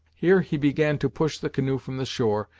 here he began to push the canoe from the shore,